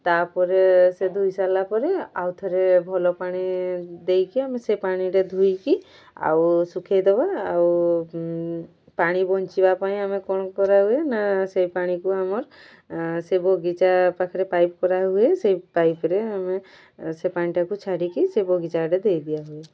ତା'ପରେ ସେ ଧୋଇ ସାରିଲା ପରେ ଆଉଥରେ ଭଲ ପାଣି ଦେଇକି ଆମେ ସେ ପାଣିଟା ଧୋଇକି ଆଉ ଶୁଖାଇଦବା ଆଉ ପାଣି ବଞ୍ଚିବା ପାଇଁ ଆମେ କ'ଣ କରାହୁଏ ନା ସେଇ ପାଣିକୁ ଆମର୍ ସେ ବଗିଚା ପାଖରେ ପାଇପ୍ କରାହୁଏ ସେଇ ପାଇପ୍ରେ ଆମେ ସେ ପାଣିଟାକୁ ଛାଡ଼ିକି ସେ ବଗିଚାଆଡ଼େ ଦେଇଦିଆ ହୁଏ